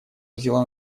взяла